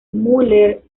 mueller